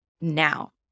now